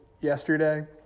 yesterday